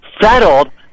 settled